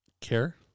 care